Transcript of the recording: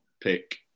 pick